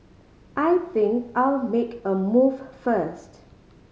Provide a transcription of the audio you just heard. I think I'll make a move first